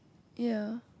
ya